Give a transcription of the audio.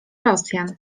rosjan